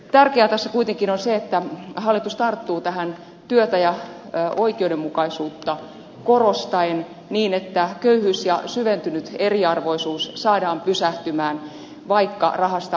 tärkeää tässä kuitenkin on se että hallitus tarttuu tähän työtä ja oikeudenmukaisuutta korostaen niin että köyhyys ja syventynyt eriarvoisuus saadaan pysähtymään vaikka rahasta onkin pulaa